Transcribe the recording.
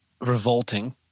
revolting